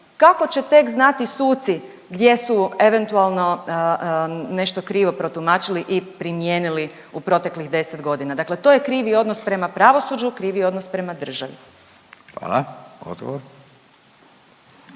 kako će tek znati suci gdje su eventualno nešto krivo protumačili i primijenili u proteklih 10 godina. Dakle, to je krivi odnos prema pravosuđu, krivi odnos prema državi. **Radin,